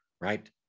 right